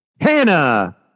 Hannah